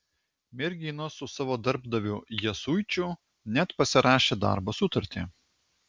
merginos su savo darbdaviu jasuičiu net pasirašė darbo sutartį